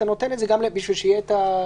אתה גם נותן למישהו כדי שיהיה את האישור.